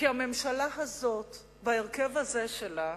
שהממשלה הזאת, בהרכב הזה שלה,